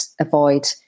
avoid